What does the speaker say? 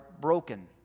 broken